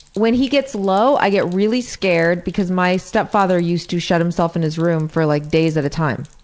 when he gets low i get really scared because my stepfather used to shut himself in his room for like days at a time,